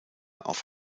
auf